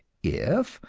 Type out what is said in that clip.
if,